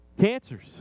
Cancers